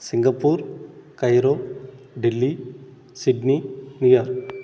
Singapore Cairo Delhi Sydney New York